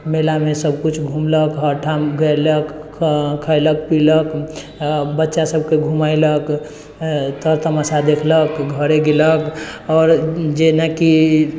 मेलामे सब किछु घुमलक हर ठाम गेलक खैलक पिलक बच्चासबके घुमैलक तर तमाशा देखलक घरे गेलक आओर जेनाकि